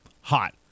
hot